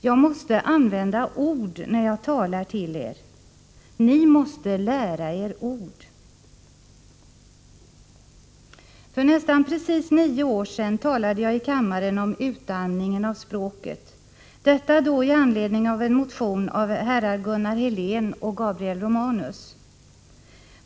Jag måste använda ord när jag talar till er Ni måste lära er ord.” För nästan precis nio år sedan talade jag i kammaren om utarmningen av språket, detta då i anledning av en motion av herrar Gunnar Helén och Gabriel Romanus.